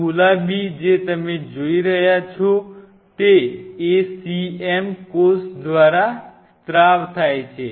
આ ગુલાબી જે તમે જોઈ રહ્યા છો તે ACM કોષ દ્વારા સ્ત્રાવ થાય છે